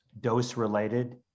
dose-related